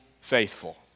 faithful